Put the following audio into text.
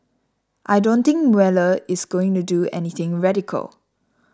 I don't think Mueller is going to do anything radical